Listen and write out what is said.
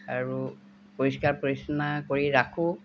আৰু পৰিষ্কাৰ পৰিচ্ছন্না কৰি ৰাখোঁ